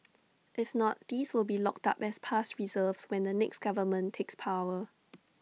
if not these will be locked up as past reserves when the next government takes power